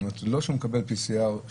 זאת אומרת, לא שהוא יקבל PCR שלילי.